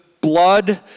blood